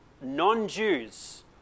Non-Jews